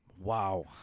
Wow